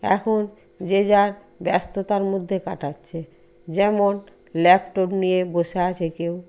এখন যে যার ব্যস্ততার মধ্যে কাটাচ্ছে যেমন ল্যাপটপ নিয়ে বসে আছে কেউ